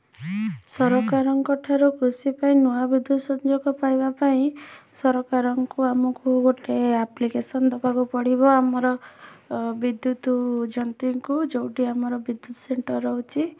ସରକାରଙ୍କଠାରୁ କୃଷି ପାଇଁ ନୂଆ ବିଦ୍ୟୁତ ସଂଯୋଗ ପାଇବା ପାଇଁ ସରକାରଙ୍କୁ ଆମକୁ ଗୋଟେ ଆପ୍ଲିକେସନ୍ ଦେବାକୁ ପଡ଼ିବ ଆମର ବିଦ୍ୟୁତ ଯନ୍ତ୍ରୀଙ୍କୁ ଯେଉଁଠି ଆମର ବିଦ୍ୟୁତ ସେଣ୍ଟର୍ ରହୁଛି